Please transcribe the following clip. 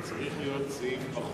האם אתה לא חושב שצריך להיות סעיף בחוק